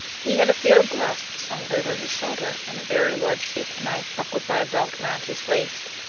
he had a field glass slung over his shoulder, and a very large sheath knife buckled by a belt round his waist,